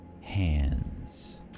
hands